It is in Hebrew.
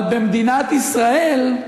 אבל במדינת ישראל,